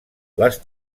les